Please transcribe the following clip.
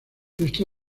esta